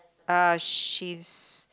uh she's